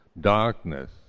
darkness